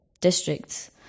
districts